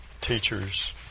teachers